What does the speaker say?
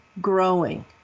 growing